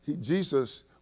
Jesus